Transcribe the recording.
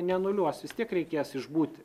neanuliuos vis tiek reikės išbūti